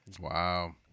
Wow